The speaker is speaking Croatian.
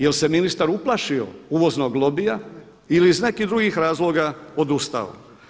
Jel' se ministar uplašio uvoznog lobija ili je iz nekih drugih razloga odustao?